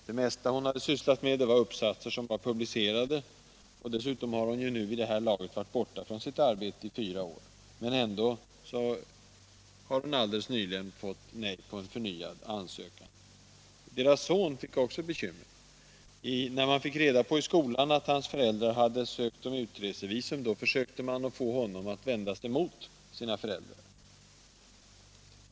Det mesta hon hade sysslat med var uppsatser som har publicerats. Dessutom har hon vid det här laget varit borta från sitt arbete i fyra år. Ändå har hon helt nyligen fått nej på en förnyad ansökan. Deras son fick också bekymmer. När man fick reda på i skolan att hans föräldrar hade ansökt om utresevisum, försökte man få honom att vända sig mot sina föräldrar.